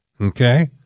okay